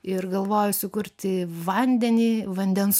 ir galvoju sukurti vandenį vandens